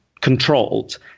controlled